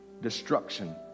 destruction